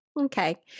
Okay